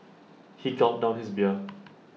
he gulped down his beer